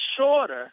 shorter